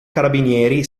carabinieri